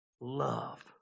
love